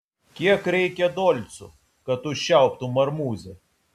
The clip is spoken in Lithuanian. kiek reikia dolcų kad užčiauptum marmuzę